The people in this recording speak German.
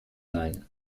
sein